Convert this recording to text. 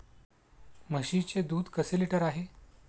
म्हशीचे दूध कसे लिटर आहे?